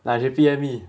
ah she P_M me